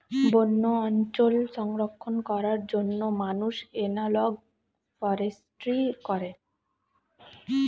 বন্য অঞ্চল সংরক্ষণ করার জন্য মানুষ এনালগ ফরেস্ট্রি করে